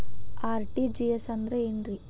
RTGS ಅಂದ್ರ ಏನ್ರಿ?